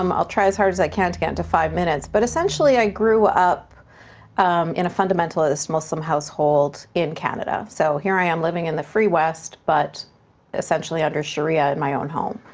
um i'll try as hard as i can to get into five minutes, but essentially i grew up in a fundamentalist muslim household in canada. so here i am, living in the free west but essentially under sharia in my own home,